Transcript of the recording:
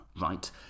right